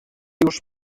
już